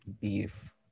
Beef